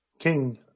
King